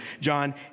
John